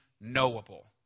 knowable